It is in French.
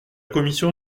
commission